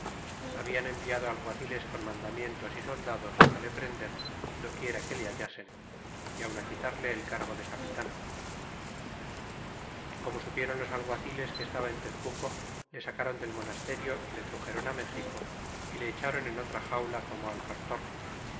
habian enviado alguaciles con mandamientos y soldados le prender do quiera que le hallasen y aun quitarle el cargo de capitan y como supieron los alguaciles que estaba en tezcuco le sacron del monasterio y le truxeron méxico y le echaron en otra xaula como al factor